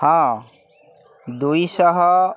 ହଁ ଦୁଇଶହ